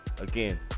Again